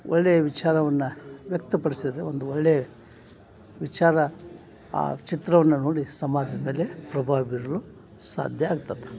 ಒಳ್ಳೆಯ ವಿಚಾರವನ್ನು ವ್ಯಕ್ತಪಡಿಸಿದ್ರೆ ಒಂದು ಒಳ್ಳೆಯ ವಿಚಾರ ಆ ಚಿತ್ರವನ್ನು ನೋಡಿ ಸಮಾಜದಲ್ಲಿ ಪ್ರಭಾವ ಬೀರಲು ಸಾಧ್ಯ ಆಗ್ತದೆ